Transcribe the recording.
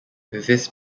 this